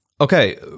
Okay